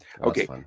Okay